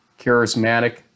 charismatic